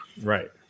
Right